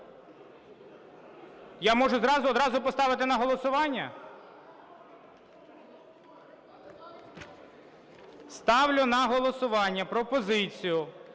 Я можу одразу поставити на голосування? Ставлю на голосування пропозицію